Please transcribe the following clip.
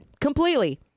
completely